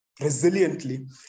resiliently